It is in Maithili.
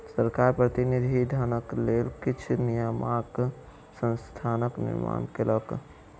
सरकार प्रतिनिधि धनक लेल किछ नियामक संस्थाक निर्माण कयलक